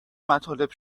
مطالب